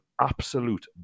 absolute